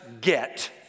get